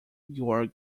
you’re